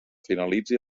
finalitzi